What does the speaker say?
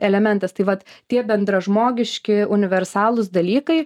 elementas tai vat tie bendražmogiški universalūs dalykai